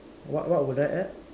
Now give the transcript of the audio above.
what what would I add